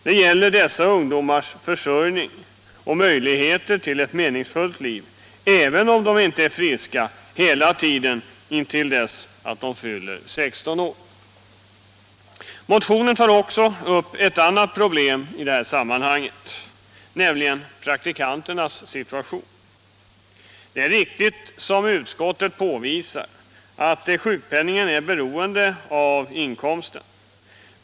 Det gäller dessa ungdomars försörjning och möjligheter till ett meningsfullt liv, även om de inte är friska hela tiden intill dess att de fyller 16 år. Motionen tar också upp ett annat problem i detta sammanhang, nämligen praktikanternas situation. Det är riktigt, som utskottet påvisar, att sjukpenningen är beroende av inkomsten.